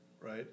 right